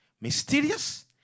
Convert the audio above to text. mysterious